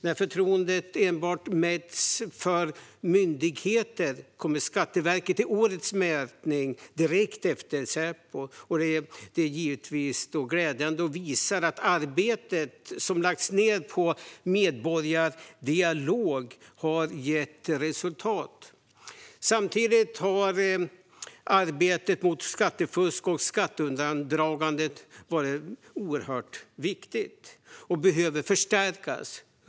När förtroende mäts för enbart myndigheter kommer Skatteverket i årets mätning direkt efter Säpo. Det är givetvis glädjande. Det visar att arbetet som har lagts ned på medborgardialog har gett resultat. Samtidigt har arbetet mot skattefusk och skatteundandragande varit oerhört viktigt och behöver förstärkas.